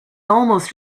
almost